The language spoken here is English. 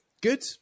good